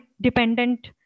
dependent